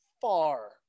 far